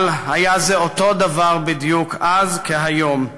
אבל היה זה אותו דבר בדיוק אז כהיום,